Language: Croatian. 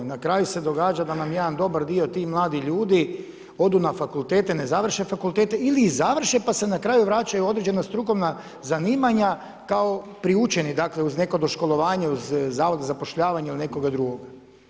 Na kraju se događa da nam jedan dobar dio tih mladih ljudi odu na fakultete, ne završe fakultete ili ih završe pa se na kraju vraćaju u određena strukovna zanimanja kao priučeni, dakle uz neko doškolovanje uz Zavod za zapošljavanje ili nekoga drugoga.